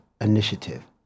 Initiative